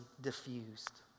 diffused